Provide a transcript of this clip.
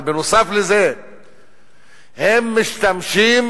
אבל בנוסף לזה הם משתמשים